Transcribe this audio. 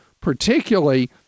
particularly